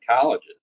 colleges